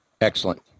Excellent